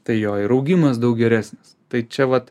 tai jo ir augimas daug geresnis tai čia vat